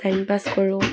time pass কৰোঁ